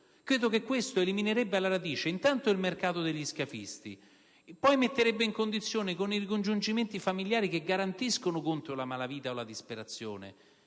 lavoro. Questo eliminerebbe alla radice intanto il mercato degli scafisti e poi permetterebbe i ricongiungimenti familiari che garantiscono contro la malavita o la disperazione,